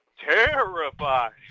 terrified